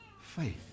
faith